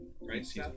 Right